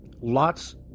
lots